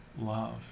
love